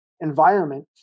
environment